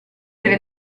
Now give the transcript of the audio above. delle